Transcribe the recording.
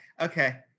okay